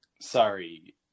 sorry